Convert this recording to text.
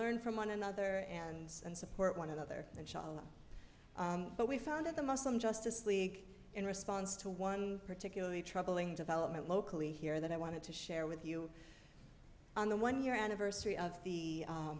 learn from one another and and support one another and shallow but we founded the muslim justice league in response to one particularly troubling development locally here that i wanted to share with you on the one year anniversary of the